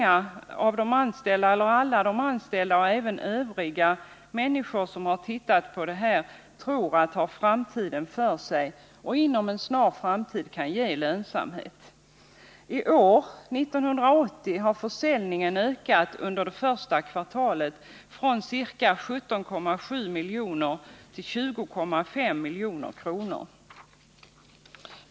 Alla anställda och även Övriga som tittat på verksamheten tror att brukets produktion har framtiden för sig och snart kan bli lönsam. I år, 1980, har försäljningen ökat under det första kvartalet från ca 17,7 milj.kr. till 20,5 milj.kr.